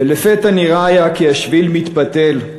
ולפתע נראה היה כי השביל מתפתל.